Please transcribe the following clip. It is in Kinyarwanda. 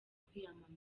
kwiyamamaza